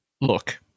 Look